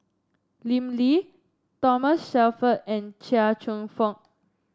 Lim Lee Thomas Shelford and Chia Cheong Fook